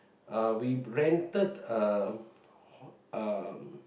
uh we rented a ho~ uh a